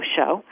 Show